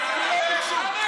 הם לא ביקשו.